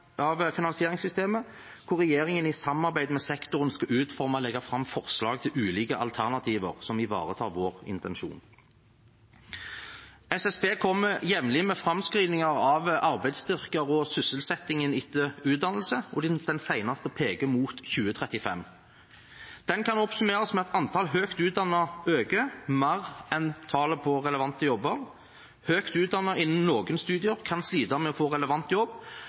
finansieringssystemet, hvor regjeringen i samarbeid med sektoren skal utforme og legge fram forslag til ulike alternativer som ivaretar vår intensjon. SSB kommer jevnlig med framskrivninger av arbeidsstyrken og sysselsettingen etter utdannelse, og den seneste peker mot 2035. Den kan oppsummeres med at antall høyt utdannede øker mer enn tallet på relevante jobber. Høyt utdannede innen noen studier kan slite med å få relevant jobb,